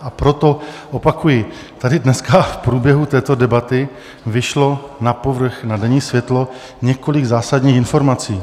A proto, opakuji, tady dneska v průběhu této debaty vyšlo na povrch, na denní světlo několik zásadních informací.